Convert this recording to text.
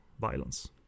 violence